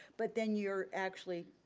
but then you're actually,